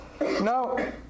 Now